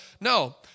No